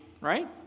right